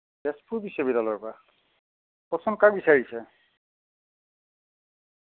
তেজপুৰ বিশ্ববিদ্যালয়ৰপৰা কওকচোন কাক বিচাৰিছে